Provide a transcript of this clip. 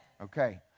Okay